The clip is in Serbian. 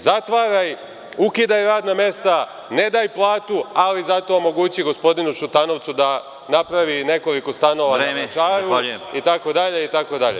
Zatvaraj, ukidaj radna mesta, ne daj platu, ali zato omogući gospodinu Šutanovcu da napravi nekoliko stanova na Vračaru itd, itd.